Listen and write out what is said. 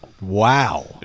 Wow